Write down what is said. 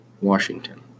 Washington